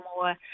more